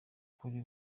kuri